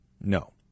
No